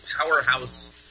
powerhouse